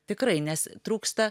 tikrai nes trūksta